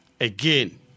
Again